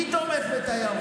מי תורם לתיירות?